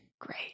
Great